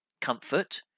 comfort